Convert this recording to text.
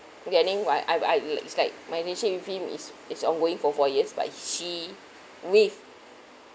getting what I I it's like my relation with him is is ongoing for four years but she with